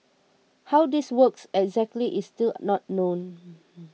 how this works exactly is still not known